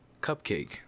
Cupcake